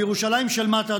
בירושלים של מטה,